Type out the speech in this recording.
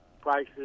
prices